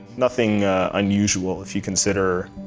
nothing unusual if you consider